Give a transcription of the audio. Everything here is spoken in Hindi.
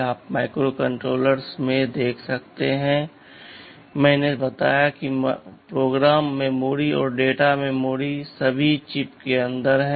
आप माइक्रोकंट्रोलर्स में देखते हैं मैंने बताया कि प्रोग्राम मेमोरी और डेटा मेमोरी सभी चिप के अंदर हैं